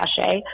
cachet